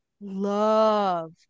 love